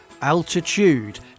Altitude